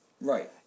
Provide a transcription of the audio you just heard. Right